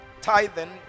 tithing